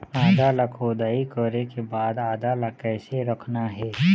आदा ला खोदाई करे के बाद आदा ला कैसे रखना हे?